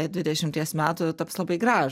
dvidešimties metų taps labai gražūs